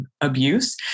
abuse